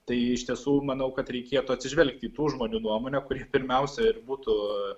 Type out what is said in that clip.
tai iš tiesų manau kad reikėtų atsižvelgti į tų žmonių nuomonę kurie pirmiausia ir būtų